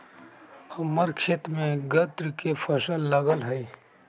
हम्मर खेत में गन्ना के फसल लगल हई